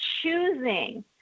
choosing